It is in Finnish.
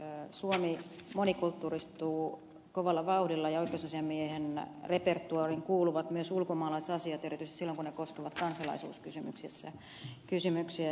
suomi monikulttuuristuu kovalla vauhdilla ja oikeusasiamiehen repertoaariin kuuluvat myös ulkomaalaisasiat erityisesti silloin kun ne koskevat kansalaisuuskysymyksiä